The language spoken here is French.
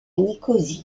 nicosie